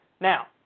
Now